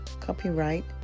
Copyright